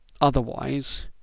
Otherwise